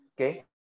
Okay